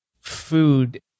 Food